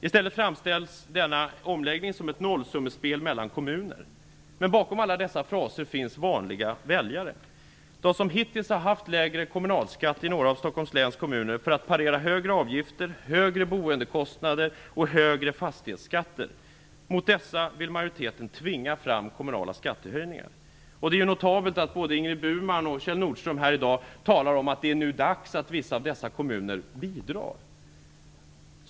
I stället framställs omläggningen som ett nollsummespel mellan kommuner. Men bakom alla dessa fraser finns vanliga väljare - de som hittills har haft lägre kommunalskatt i några av Stockholms läns kommuner för att parera högre avgifter, högre boendekostnader och högre fastighetsskatter. Mot dessa vill majoriteten tvinga fram kommunala skattehöjningar. Det är notabelt att både Ingrid Burman och Kjell Nordström här i dag talar om att det nu är dags att vissa av dessa kommuner bidrar.